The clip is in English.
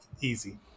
Easy